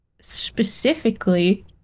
specifically